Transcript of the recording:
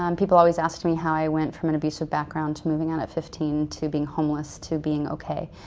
um people always asked me how i went from an abusive background, to moving out at fifteen, to being homeless to being okay.